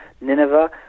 Nineveh